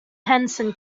henson